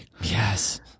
Yes